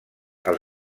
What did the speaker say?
els